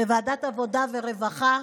בוועדת העבודה והרווחה,